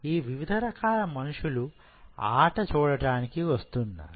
ఈ వివిధ రకాల మనుషులు ఆట చూడడానికి వస్తున్నారు